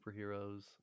superheroes